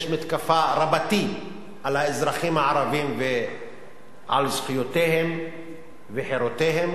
יש מתקפה רבתי על האזרחים הערבים ועל זכויותיהם וחירויותיהם,